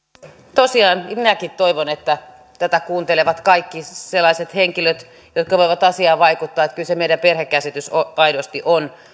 tosiaan minäkin toivon että tätä kuuntelevat kaikki sellaiset henkilöt jotka voivat asiaan vaikuttaa kyllä se meidän perhekäsityksemme aidosti on